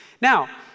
Now